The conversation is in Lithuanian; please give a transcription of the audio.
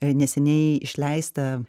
neseniai išleistą